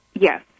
Yes